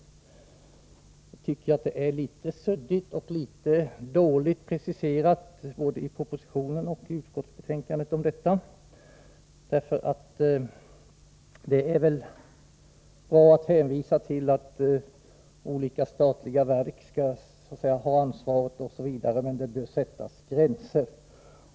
Jag tycker detta är suddigt och dåligt preciserat både i propositionen och i utskottsbetänkandet. Det är väl bra att hänvisa till att olika statliga verk skall ha ansvaret, men det bör sättas gränser.